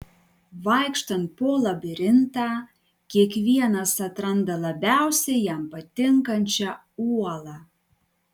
vaikštant po labirintą kiekvienas atranda labiausiai jam patinkančią uolą